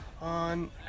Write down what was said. on